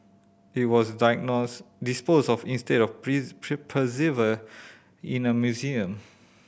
it was disposed of instead of preserved in a museum